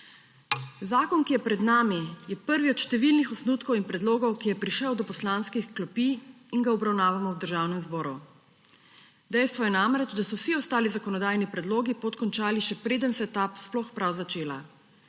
Zakon, ki je pred nami, je prvi od številnih osnutkov in predlogov, ki je prišel do poslanskih klopi in ga obravnavamo v Državnem zboru. Dejstvo je namreč, da so vsi ostali zakonodajni predlogi pot končali, še preden se je ta sploh prav začela,